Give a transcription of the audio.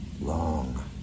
long